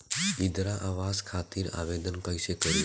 इंद्रा आवास खातिर आवेदन कइसे करि?